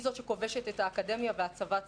היא זאת שכובשת את האקדמיה והצבא צריך,